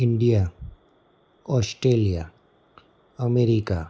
India Australia America